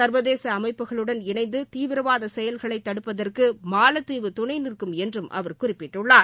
சர்வதேச அமைப்புகளுடன் இணைந்து தீவிரவாத செயல்களை தடுப்பதற்கு மாலத்தீவு துணைநிற்கும் என்றும் அவர் குறிப்பிட்டுள்ளார்